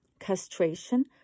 Castration